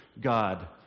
God